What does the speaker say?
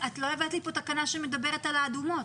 כאן תקנה שמדברת על האדומות.